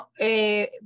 No